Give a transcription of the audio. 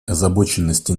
озабоченности